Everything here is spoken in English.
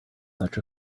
such